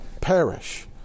perish